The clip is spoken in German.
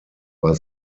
war